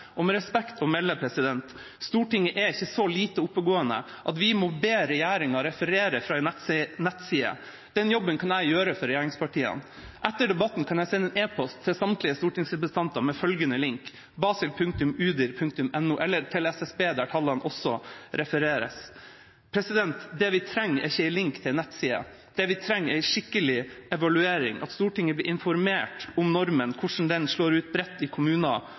Og med respekt å melde: Stortinget er ikke så lite oppegående at vi må be regjeringa referere fra en nettside. Den jobben kan jeg gjøre for regjeringspartiene. Etter debatten kan jeg sende en e-post til samtlige stortingsrepresentanter med følgende lenke: basil.udir.no – eller til SSB, der tallene også refereres. Vi trenger ikke en lenke til en nettside. Det vi trenger, er en skikkelig evaluering, at Stortinget blir informert om normen, hvordan den slår ut bredt i